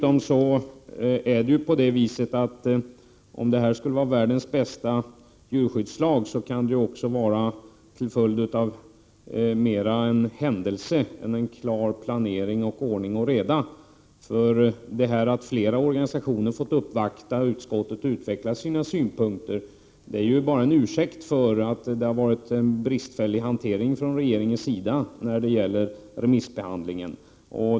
Om detta skulle vara världens bästa djurskyddslag kan det vara mera en händelse än en följd av planering och ordning och reda. Detta att flera organisationer har fått uppvakta utskottet och utveckla sina synpunkter är bara en följd av att regeringens hantering har varit bristfällig i fråga om remissbehandling.